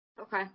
Okay